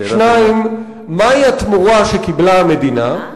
2. מה היא התמורה שקיבלה המדינה?